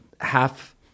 half